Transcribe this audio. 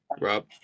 Rob